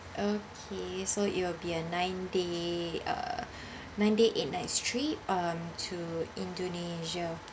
okay so it will be a nine day uh nine day eight night straight um to indonesia